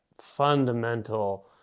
fundamental